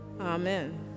Amen